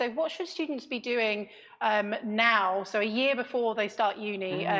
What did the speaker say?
ah what should students be doing um now so a year before they start uni,